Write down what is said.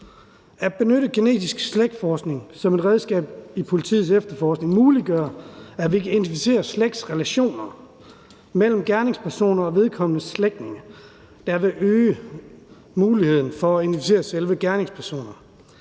At benytte genetisk slægtsforskning som et redskab i politiets efterforskning muliggør, at vi kan identificere slægtsrelationer mellem en gerningsperson og vedkommendes slægtninge, og det vil øge muligheden for at identificere selve gerningspersonen.